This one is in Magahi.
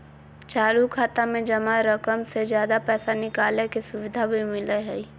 चालू खाता में जमा रकम से ज्यादा पैसा निकालय के सुविधा भी मिलय हइ